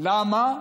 למה?